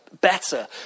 better